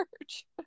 church